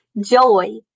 Joy